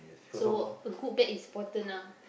so a good bag is important ah